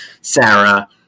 Sarah